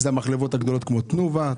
זה המחלבות הגדולות כמו תנובה,